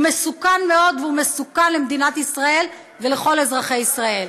הוא מסוכן מאוד והוא מסוכן למדינת ישראל ולכל לאזרחי ישראל.